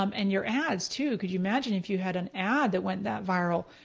um and your ads too, can you imagine if you had an ad that went that viral?